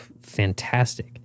fantastic